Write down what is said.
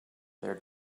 their